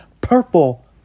purple